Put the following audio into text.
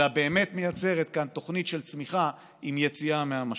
אלא באמת מייצרת כאן תוכנית של צמיחה עם יציאה מהמשבר.